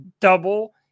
double